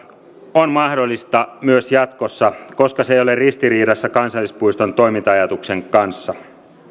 on mahdollista myös jatkossa koska se ei ole ristiriidassa kansallispuiston toiminta ajatuksen kanssa